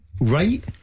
right